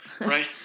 Right